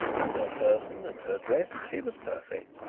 in her person and her dress she was perfect,